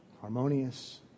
Harmonious